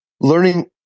learning